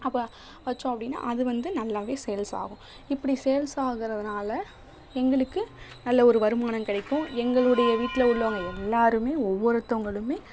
அப்போ வச்சோம் அப்படின்னா அது வந்து நல்லாவே சேல்ஸ் ஆகும் இப்படி சேல்ஸ் ஆகிறதுனால எங்களுக்கு நல்ல ஒரு வருமானம் கிடைக்கும் எங்களுடைய வீட்டில் உள்ளவங்கள் எல்லோருமே ஒவ்வொருத்தவர்களுமே